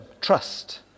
trust